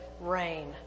rain